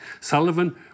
Sullivan